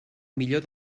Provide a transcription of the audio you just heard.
millor